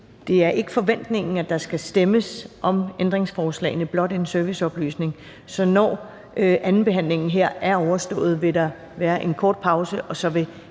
det er ikke forventningen, at der skal stemmes om ændringsforslagene. Så når andenbehandlingen her er overstået, vil der være en kort pause, og så vil